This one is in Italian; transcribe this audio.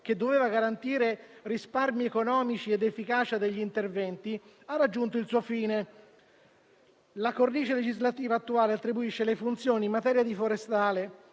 che doveva garantire risparmi economici ed efficacia degli interventi, ha raggiunto il suo scopo. La cornice legislativa attuale attribuisce le funzioni in materia forestale,